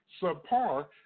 subpar